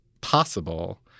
possible